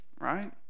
right